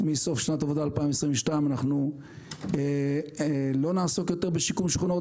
מסוף שנת עבודה 2022 אנחנו לא נעסוק יותר בשיקום שכונות.